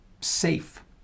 safe